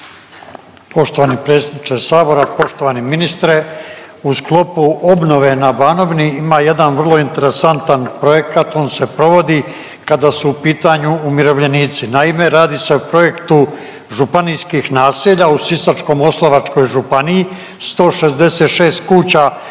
Poštovani predsjedniče sabora, poštovani ministre, u sklopu obnove na Banovini ima jedan vrlo interesantan projekat, on se provodi kada su u pitanju umirovljenici. Naime, radi se o projektu županijskih naselja u Sisačko-moslavačkoj županiji, 166 kuća